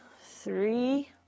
three